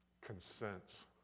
consents